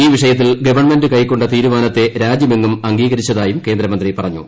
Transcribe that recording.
ഇൌ വിഷയത്തിൽ ഗവണ്മെന്റ് കൈക്കൊണ്ട തീരുമാനത്തെ രാജ്യമെങ്ങും അംഗീകരിച്ചതായും കേന്ദ്രമന്ത്രി പറഞ്ഞു